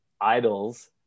idols